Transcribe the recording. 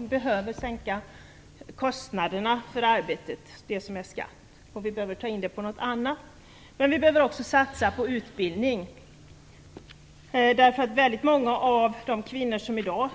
Vi behöver sänka kostnaderna för arbetet, det som är skatt, och ta in det på något annat. Vi behöver också satsa på utbildning. Väldigt många av de 40 000 kvinnor